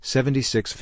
Seventy-six